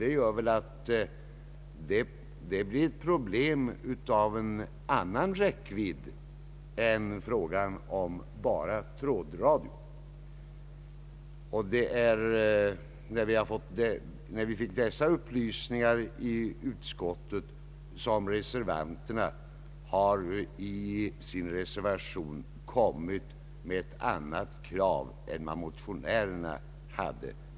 Detta innebär att det blir ett problem av en annan räckvidd än om det skulle gälla bara trådsändning. Efter det att dessa upplysningar lämnats i utskottet, kom reservanterna med ett annat krav i sin reservation än motionärerna rest i sin motion.